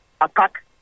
attack